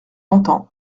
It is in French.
longtemps